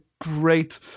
great